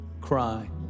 cry